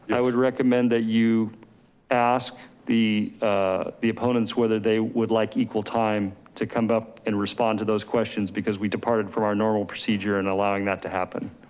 i would recommend that you ask the ah the opponents whether they would like equal time to come up and respond to those questions because we departed from our normal procedure in allowing that to happen.